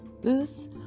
booth